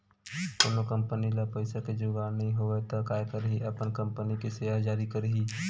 कोनो कंपनी ल पइसा के जुगाड़ नइ होवय त काय करही अपन कंपनी के सेयर जारी करही